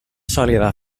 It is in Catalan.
sòlida